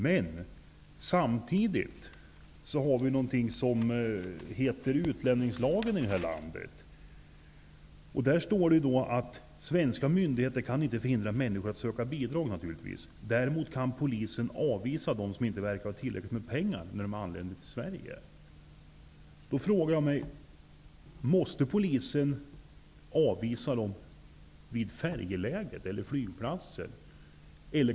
Men samtidigt har vi i det här landet någonting som heter utlänningslagen. Svenska myndigheter kan naturligtvis inte förhindra människor att söka bidrag, men däremot kan polisen enligt utlänningslagen avvisa dem som inte verkar ha tillräckligt med pengar när de anländer till Sverige. Då frågar jag mig: Måste polisen avvisa dessa människor vid färjeläget eller på flygplatsen?